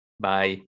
Bye